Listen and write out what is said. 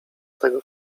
tego